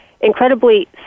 Incredibly